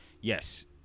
yes